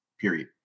period